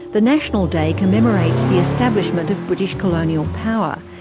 the national day commemorates the establishment of british colonial power,